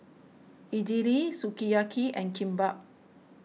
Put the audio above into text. Idili Sukiyaki and Kimbap